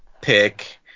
pick